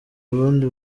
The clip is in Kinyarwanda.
burundi